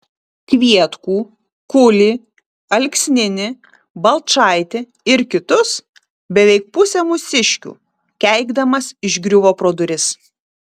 kvietkų kulį alksninį balčaitį ir kitus beveik pusę mūsiškių keikdamas išgriuvo pro duris